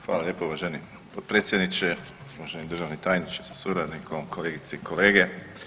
Hvala lijepo uvaženi potpredsjedniče, uvaženi državni tajniče sa suradnikom, kolegice i kolege.